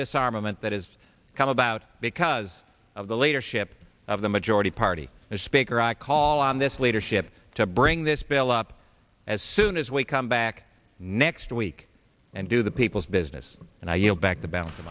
disarmament that has come about because of the leadership of the majority party as speaker i call on this leadership to bring this bill up as soon as we come back next week and do the people's business and i yield back the balance